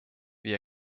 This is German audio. wie